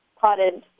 potted